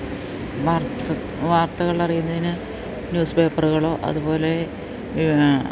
വാർത്ത വാർത്തകൾ അറിയുന്നതിന് ന്യൂസ് പേപ്പറുകളോ അതുപോലെ